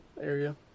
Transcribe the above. area